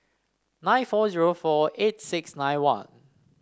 nine four zero four eight six nine one